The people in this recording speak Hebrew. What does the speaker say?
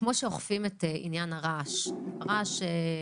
כמו שאוכפים את עניין הרעש בבתים,